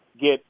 get